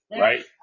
Right